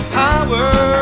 power